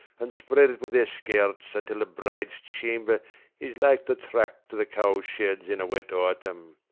and spread it with their skirts until the bride's chamber is like the track to the cowsheds in a wet autumn.